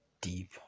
deep